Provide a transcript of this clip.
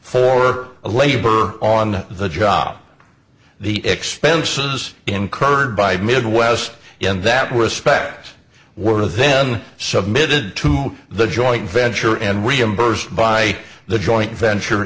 a labor on the job the expenses incurred by midwest in that respect were then submitted to the joint venture and reimbursed by the joint venture